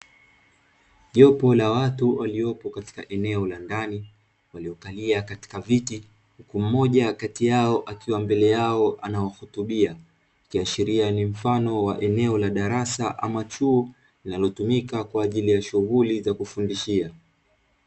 Jopoo la watu waliopo katika eneo la ndani waliokalia katika viti huku mmoja kati yao akiwa mbele yao anawahutubia ikiashiria ni mfano wa eneo la darasa ama chuo linalotumika kwa shughuli ya kufundishia.